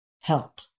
help